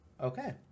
Okay